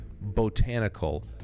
botanical